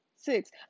Six